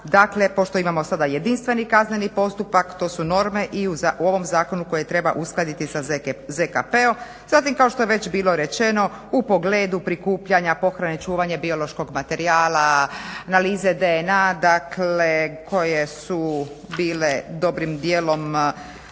Dakle, pošto imamo sada jedinstveni kazneni postupak to su norme i u ovom zakonu koji treba uskladiti sa ZKP-om. Zatim kao što je već bilo rečeno u pogledu prikupljanja, pohrane, čuvanja biološkog materijala, analize DNA. Dakle, koje su bile dobrim dijelom